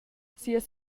sias